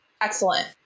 Excellent